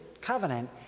covenant